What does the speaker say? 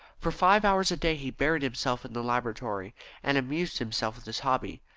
for five hours a day he buried himself in the laboratory and amused himself with his hobby,